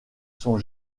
sont